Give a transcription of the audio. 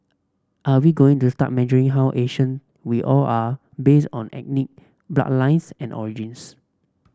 are we going to start measuring how Asian we all are based on ethnic bloodlines and origins